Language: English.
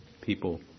people